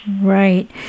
Right